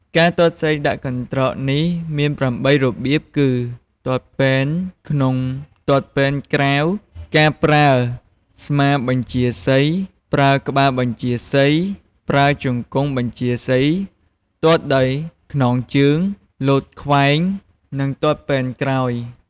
ការទាត់សីដាក់កន្ត្រកនេះមាន ៨ របៀបគឺ ទាត់ពែនក្នុង ទាត់ពែនក្រៅ ការប្រើស្មាបញ្ជាសី ប្រើក្បាលបញ្ជាសី ប្រើជង្កង់បញ្ជាសីទាត់ដោយខ្នងជើង លោតខ្វែង និង ទាត់ពែនក្រោយ ។